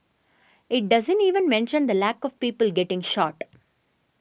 it doesn't even mention the lack of people getting shot